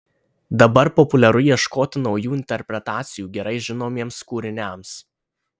dabar populiaru ieškoti naujų interpretacijų gerai žinomiems kūriniams